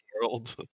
world